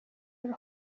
her